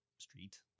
street